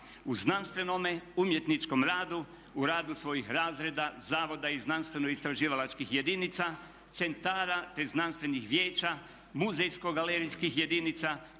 u znanstvenome, umjetničkom radu, u radu svojih razreda, zavoda i znanstveno-istraživalačkih jedinica, centara te znanstvenih vijeća, muzejsko-galerijskih jedinica,